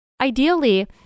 ideally